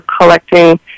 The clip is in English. collecting